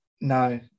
no